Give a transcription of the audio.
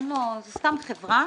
זאת סתם חברה